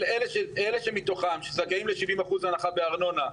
אלה שמתוכם שזכאים ל-70% הנחה בארנונה,